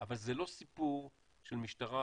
אבל זה לא סיפור של משטרה,